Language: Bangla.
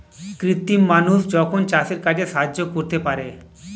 কৃত্রিম মানুষ এখন চাষের কাজে সাহায্য করতে পারে